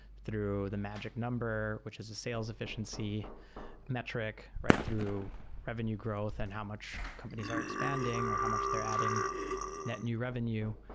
through the magic number, which is the sales efficiency metric, through revenue growth and how much companies are expanding or how much they're adding net new revenue.